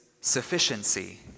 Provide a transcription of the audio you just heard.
sufficiency